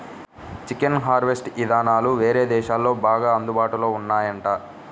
chicken harvest ఇదానాలు వేరే దేశాల్లో బాగా అందుబాటులో ఉన్నాయంట